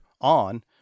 on